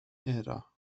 era